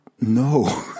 no